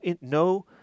no